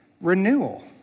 renewal